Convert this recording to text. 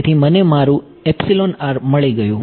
તેથી મને મારું મળી ગયું